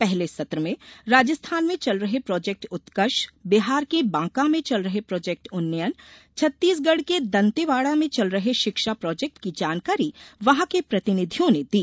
पहले सत्र में राजस्थान में चल रहे प्रोजेक्ट उत्कर्ष बिहार के बांका में चल रहे प्रोजेक्ट उन्नयन छत्तीसगढ़ के दंतेवाड़ा में चल रहे शिक्षा प्रोजेक्ट की जानकारी वहां के प्रतिनिधियो ने दी